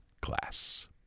class